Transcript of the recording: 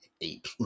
eight